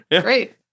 Great